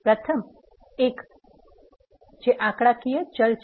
પ્રથમ એક૧ નો પ્રકાર જે આંકડાકીય ચલ છે